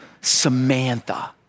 Samantha